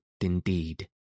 indeed